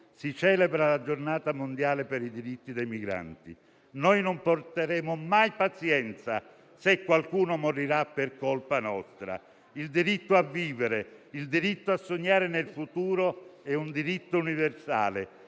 si celebra la Giornata internazionale per i diritti dei migranti. Noi non porteremo mai pazienza se qualcuno morirà per colpa nostra. Il diritto a vivere e il diritto a sognare il futuro sono universali.